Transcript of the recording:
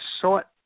short